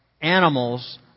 animals